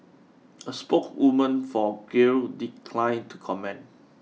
a spokeswoman for Grail declined to comment